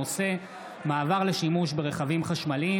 הכנסת יריב לוין ואורי מקלב בנושא: מעבר לשימוש ברכבים חשמליים.